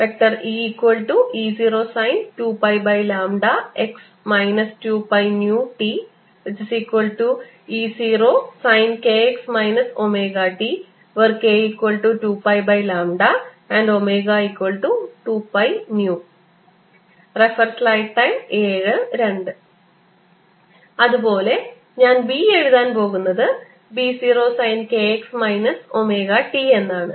EE0 sin 2πx 2πνt E0 sin kx ωt k2π and ω2πν അതുപോലെ ഞാൻ B എഴുതാൻ പോകുന്നത് B 0 sine k x minus omega t എന്നാണ്